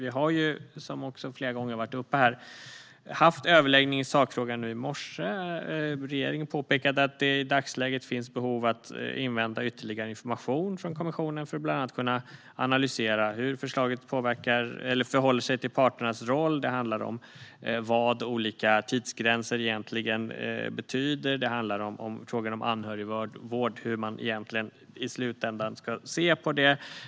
Vi har, vilket också har varit uppe flera gånger, haft överläggning i sakfrågan nu i morse. Regeringen påpekade att det i dagsläget finns behov av att invänta ytterligare information från kommissionen för att bland annat kunna analysera hur förslaget förhåller sig till parternas roll. Det handlar om vad olika tidsgränser egentligen betyder, och det handlar om frågan om anhörigvård och hur man i slutändan egentligen ska se på det.